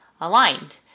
aligned